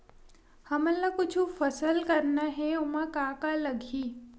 हमन ला कुछु फसल करना हे ओमा का का लगही?